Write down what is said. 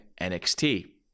NXT